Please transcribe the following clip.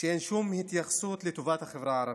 שאין שום התייחסות לטובת החברה הערבית.